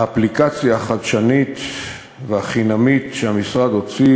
האפליקציה החדשנית והחינמית שהמשרד הוציא,